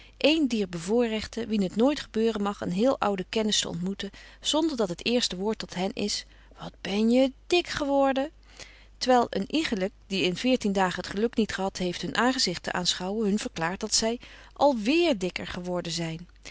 een dier bevoorrechten wien het nooit gebeuren mag een heel oude kennis te ontmoeten zonder dat het eerste woord tot hen is wat ben je dik geworden terwijl een iegelijk die in veertien dagen het geluk niet gehad heeft hun aangezicht te aanschouwen hun verklaart dat zij alweer dikker geworden zijn